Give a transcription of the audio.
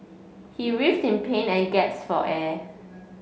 he writhes in pain and for air